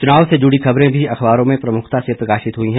चुनाव से जुड़ी खबरें भी अखबारों में प्रमुखता से प्रकाशित हुई हैं